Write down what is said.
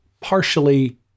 partially